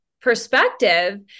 perspective